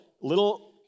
little